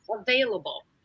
available